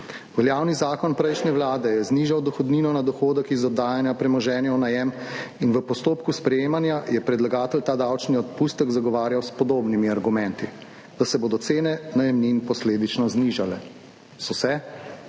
Veljavni zakon prejšnje Vlade je znižal dohodnino na dohodek iz oddajanja premoženja v najem in v postopku sprejemanja je predlagatelj ta davčni odpustek zagovarjal s podobnimi argumenti, da se bodo cene najemnin posledično znižale. So se?